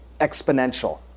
exponential